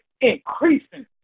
increasing